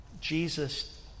Jesus